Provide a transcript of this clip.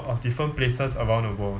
of different places around the world